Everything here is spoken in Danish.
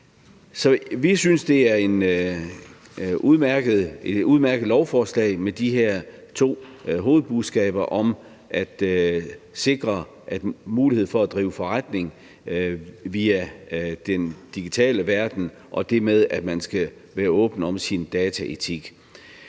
Vi synes, det er et udmærket lovforslag med de her to hovedbudskaber om at sikre muligheden for at drive forretning via den digitale verden og det med at være åben om sin dataetik.